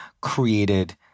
created